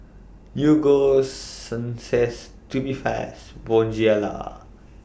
Ego Sunsense Tubifast Bonjela